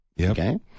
Okay